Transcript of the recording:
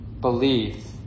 belief